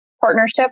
Partnership